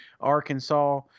Arkansas